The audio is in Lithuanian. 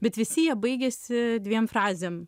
bet visi jie baigiasi dviem frazėm